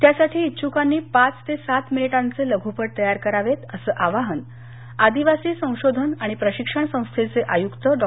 त्यासाठी इच्छ्कांनी पाच ते सात मिनिटांचे लघूपट तयार करावेत अस आवाहन आदिवासी संशोधन आणि प्रशिक्षण संस्थचे आयुक्त डॉ